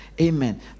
Amen